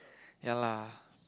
ya lah